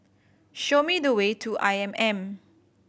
show me the way to I M M